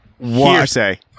Hearsay